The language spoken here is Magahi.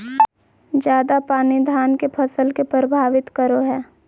ज्यादा पानी धान के फसल के परभावित करो है?